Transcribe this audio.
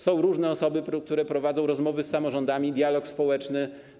Są różne osoby, które prowadzą rozmowy z samorządami, dialog społeczny.